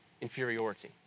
inferiority